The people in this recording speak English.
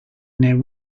near